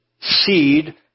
seed